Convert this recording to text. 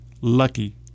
Lucky